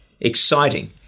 exciting